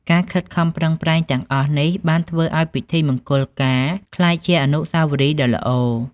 ការខិតខំប្រឹងប្រែងទាំងអស់នេះបានធ្វើឱ្យពិធីមង្គលការក្លាយជាអនុស្សាវរីយ៍ដ៏ល្អ។